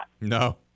No